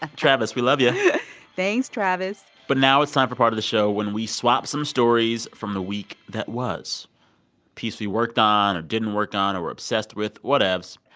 ah travis, we love you thanks, travis but now it's time for part of the show when we swap some stories from the week that was a piece we worked on or didn't work on or were obsessed with, whatevs.